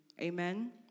Amen